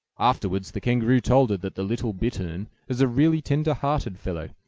afterwards the kangaroo told her that the little bittern is a really tender-hearted fellow,